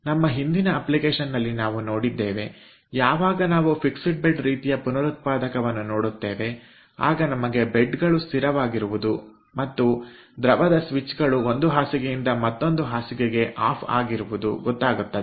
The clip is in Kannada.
ನಮ್ಮ ಹಿಂದಿನ ಬಳಕೆಯಲ್ಲಿ ನಾವು ನೋಡಿದ್ದೇವೆ ಯಾವಾಗ ನಾವು ಫಿಕ್ಸೆಡ್ ಬೆಡ್ ರೀತಿಯ ಪುನರುತ್ಪಾದಕವನ್ನುನೋಡುತ್ತೇವೆ ಆಗ ನಮಗೆ ಬೆಡ್ ಗಳು ಸ್ಥಿರವಾಗಿರುವುದು ಮತ್ತು ದ್ರವದ ಸ್ವಿಚ್ಗಳು ಒಂದು ಬೆಡ್ನಿಂದ ಮತ್ತೊಂದು ಬೆಡ್ಗೆ ಆಫ್ ಆಗಿರುವುದು ಗೊತ್ತಾಗುತ್ತದೆ